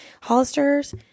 Hollister's